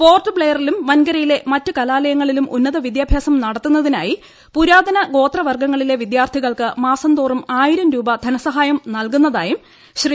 port ബ്ലെയറിലും വൻകരയിലെ മറ്റ് കലാലയങ്ങളിലും ഉന്നത വിദ്യാഭ്യാസം നടത്തുന്നതിനായി പുരാതന ഗോത്രവർഗ്ഗങ്ങളിലെ വിദ്യർഥികൾക്ക് മാസംതോറും ആയിരം രൂപ ധനസഹായം നൽകുന്നതായും ശ്രീ